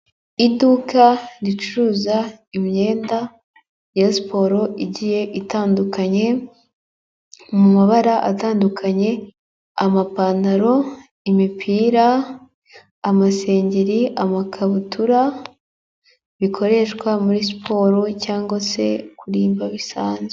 Iduka ricuruza imyenda, ya siporo igiye itandukanye mu mabara atandukanye, amapantaro, imipira, amasengeri, amakabutura, bikoreshwa muri siporo cyangwa se kurimba bisanzwe.